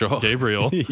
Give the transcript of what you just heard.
Gabriel